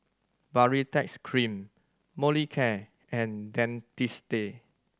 Baritex Cream Molicare and Dentiste